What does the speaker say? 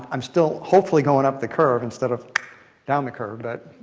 i'm still hopefully going up the curve instead of down the curve. but